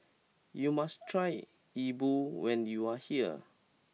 you must try Yi Bua when you are here